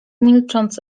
milcząc